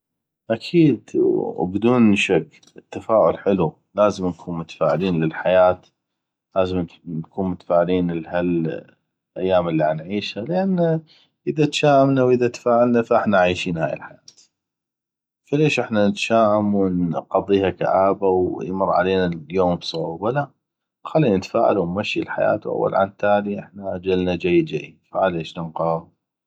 اكيد وبدون شك التفاؤل حلو لازم نكون متفائلين للحياة لازم نكون متفائلين لهالايام اللي عنعيشه لان اذا تشاءمنا واذا تفائلنا ف احنا عيشين هاي الحياة ف ليش احنا نتشاءم ونقضيها كاابه ويمر علينا اليوم بصعوبه لا خلي نتفاءل ونمشي الحياة أول عن تالي اجلنا جي جي ف عليش ننقهغ